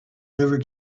never